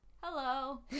Hello